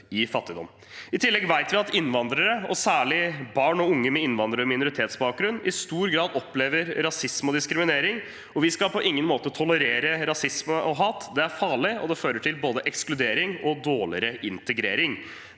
I tillegg vet vi at innvandrere, og særlig barn og unge med innvandrer- og minoritetsbakgrunn, i stor grad opplever rasisme og diskriminering. Vi skal på ingen måte tolerere rasisme og hat. Det er farlig, og det fører til både ekskludering og dårligere integrering.